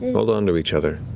hold onto each other.